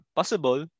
possible